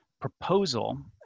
proposal